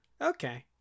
okay